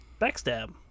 Backstab